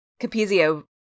Capizio